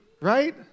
right